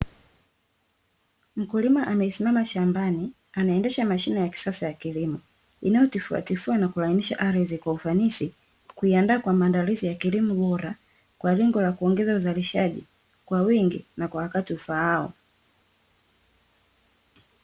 Mkulima anayesimama shambani anaendesha mashine ya kisasa ya kilimo, inayo tifuatifua na kulainisha ardhi kwa ufanisi kuiandaa kwa maandalizi ya kilimo bora kwa lengo la kuongeza uzalishaji kwa wingi na kwa wakati ufaao.